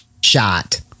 shot